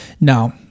now